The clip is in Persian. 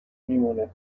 میمونه